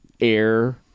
air